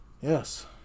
Yes